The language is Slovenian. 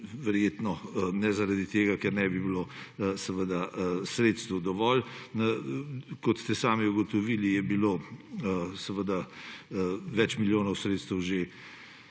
Verjetno ne zaradi tega, ker ne bi bilo dovolj sredstev. Kot ste sami ugotovili, je bilo več milijonov sredstev že